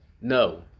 no